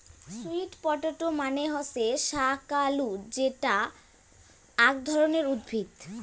sweet potato মানে হসে শাকালু যেটা আক ধরণের উদ্ভিদ